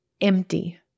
empty